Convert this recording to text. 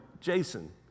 Jason